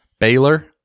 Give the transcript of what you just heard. baylor